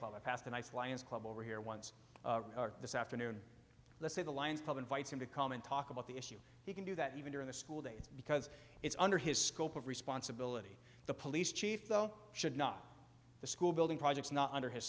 club or past the nice lions club over here once this afternoon let's say the lions pub invites him to come and talk about the issue he can do that even during the school days because it's under his scope of responsibility the police chief though should not the school building projects not under his